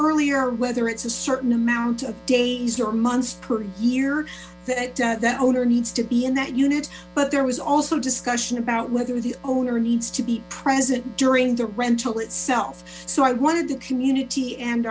earlier whether it's a certain amount of days or months per year that that owner needs to be in that unit but there was also discussion about whether the owner needs to be present during the rental itself so i wanted the community and